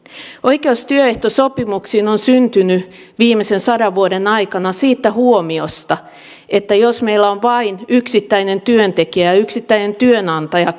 oikeus työehtosopimuksiin on syntynyt viimeisen sadan vuoden aikana siitä huomiosta että jos meillä ovat vain yksittäinen työntekijä ja ja yksittäinen työnantaja